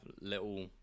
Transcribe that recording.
little